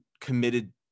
committed